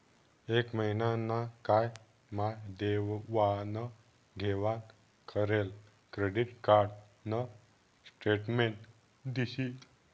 एक महिना ना काय मा देवाण घेवाण करेल क्रेडिट कार्ड न स्टेटमेंट दिशी